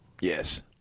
Yes